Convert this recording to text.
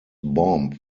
bomb